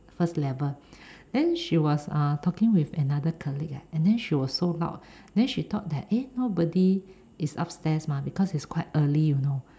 first level then she was uh talking with another colleague and then she was so loud and then she thought that eh nobody is upstairs because it's quite early you know